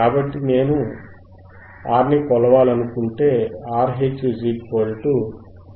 కాబట్టి ఇక్కడ నేను R ని కొలవాలనుకుంటే RH 1 2πfHC